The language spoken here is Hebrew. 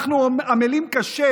אנחנו עמלים קשה,